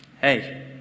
Hey